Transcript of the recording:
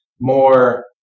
more